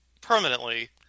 permanently